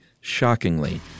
shockingly